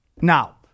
Now